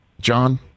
John